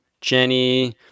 Jenny